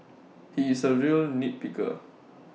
he is A real nit picker